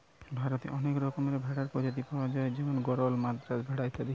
ভারতে অনেক রকমের ভেড়ার প্রজাতি পায়া যায় যেমন গরল, মাদ্রাজ ভেড়া ইত্যাদি